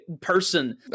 person